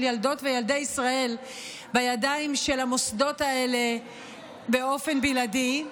ילדות וילדי ישראל בידיים של המוסדות האלה באופן בלעדי,